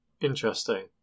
Interesting